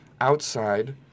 outside